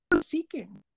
seeking